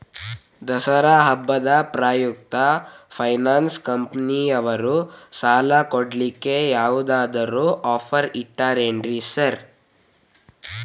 ದಸರಾ ಹಬ್ಬದ ಪ್ರಯುಕ್ತ ಫೈನಾನ್ಸ್ ಕಂಪನಿಯವ್ರು ಸಾಲ ಕೊಡ್ಲಿಕ್ಕೆ ಯಾವದಾದ್ರು ಆಫರ್ ಇಟ್ಟಾರೆನ್ರಿ ಸಾರ್?